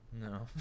No